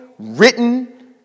written